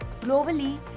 Globally